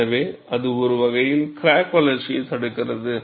எனவே அது ஒரு வகையில் கிராக் வளர்ச்சியைத் தடுக்கிறது